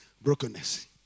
Brokenness